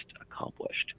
accomplished